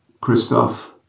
Christoph